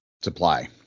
supply